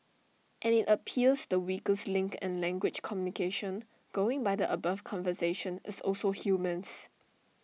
and IT appears the weakest link in language communication going by the above conversation is also humans